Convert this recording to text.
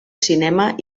cinema